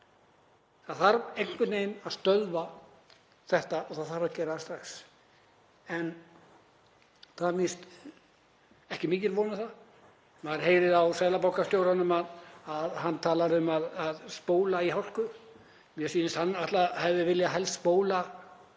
Það þarf einhvern veginn að stöðva þetta og það þarf að gera strax. En það er víst ekki mikil von um það. Maður heyrir að seðlabankastjóri talar um að spóla í hálku. Mér sýnist hann hefði viljað helst spóla